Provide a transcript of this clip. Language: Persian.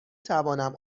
توانم